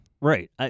Right